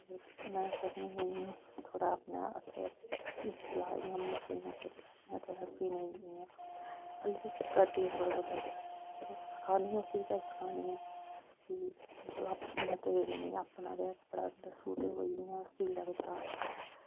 ते में उसी आखनी नेईं थोह्ड़ा अपना हत्थ चला इ'यां मशीनें कन्नै इ'यां थोह्ड़ी सीने इ'यां हाल्ली ते करदी ऐ थोह्ड़ा बौह्ता चलो सखानी आं उसी बी चज्ज सखानी आं कि चलो मते दिन इ'यां अपना गै कपड़ा कोई सूट ऐ इ'यां सी लै बच्चा